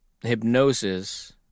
hypnosis